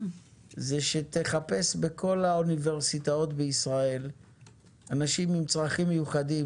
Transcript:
אני מציע לך שתחפש בכל האוניברסיטאות בישראל אנשים עם צרכים מיוחדים